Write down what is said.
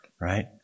right